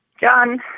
John